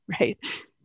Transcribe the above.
right